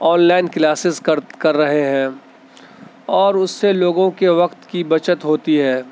online classes کر کر رہے ہیں اور اس سے لوگوں کے وقت کی بچت ہوتی ہے